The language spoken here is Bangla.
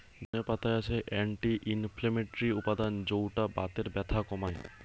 ধনে পাতায় আছে অ্যান্টি ইনফ্লেমেটরি উপাদান যৌটা বাতের ব্যথা কমায়